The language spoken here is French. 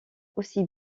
aussi